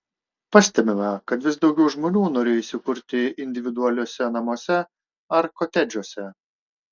pastebima kad vis daugiau žmonių norėjo įsikurti individualiuose namuose ar kotedžuose